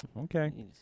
Okay